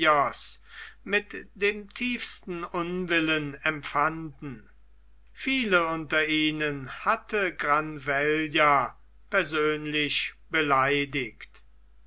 mit dem tiefsten unwillen empfanden viele unter ihnen hatte granvella persönlich beleidigt